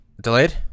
delayed